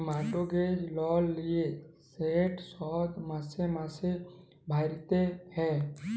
mortgage লল লিলে সেট শধ মাসে মাসে ভ্যইরতে হ্যয়